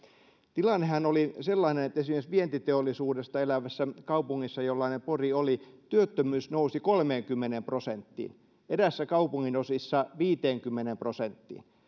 tilannehan oli sellainen että esimerkiksi vientiteollisuudesta elävässä kaupungissa jollainen pori oli työttömyys nousi kolmeenkymmeneen prosenttiin eräissä kaupunginosissa viiteenkymmeneen prosenttiin